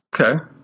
Okay